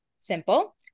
simple